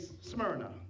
Smyrna